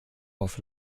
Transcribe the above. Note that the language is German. auf